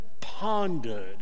Pondered